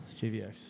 JVX